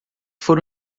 foram